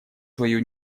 свою